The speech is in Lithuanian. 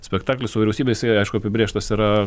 spektaklis su vyriausybe jisai aišku apibrėžtas yra